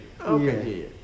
Okay